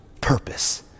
purpose